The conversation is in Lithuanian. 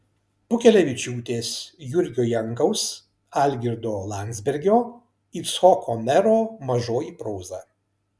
pukelevičiūtės jurgio jankaus algirdo landsbergio icchoko mero mažoji proza